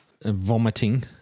Vomiting